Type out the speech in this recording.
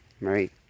right